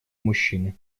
мужчины